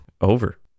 over